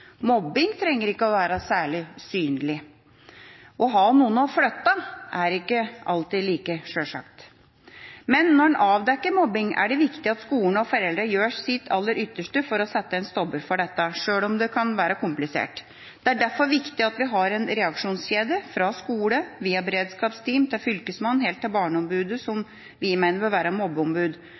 Mobbing trenger ikke å være særlig synlig. Å ha noen å flytte er ikke alltid like sjølsagt. Men når en avdekker mobbing, er det viktig at skolen og foreldre gjør sitt aller ytterste for å sette en stopper for dette, sjøl om det kan være komplisert. Det er derfor viktig at vi har en reaksjonskjede fra skole via beredskapsteam til Fylkesmannen og helt til Barneombudet, som vi mener bør være mobbeombud.